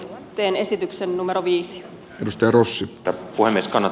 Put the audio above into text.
teen esityksen numero viisi risto rossi puhdistanut